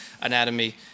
anatomy